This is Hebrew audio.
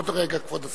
עוד רגע, כבוד השר.